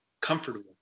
comfortable